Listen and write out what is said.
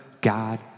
God